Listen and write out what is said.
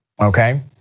Okay